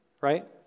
right